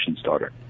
starter